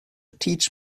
teach